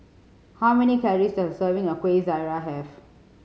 how many calories does a serving of Kuih Syara have